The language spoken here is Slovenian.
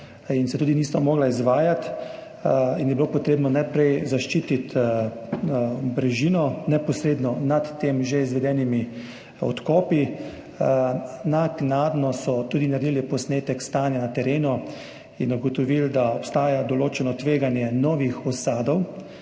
in se tudi niso mogla izvajati in je bilo potrebno najprej zaščititi brežino neposredno nad že izvedenimi odkopi. Naknadno so tudi naredili posnetek stanja na terenu in ugotovili, da obstaja določeno tveganje novih usadov